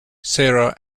sarah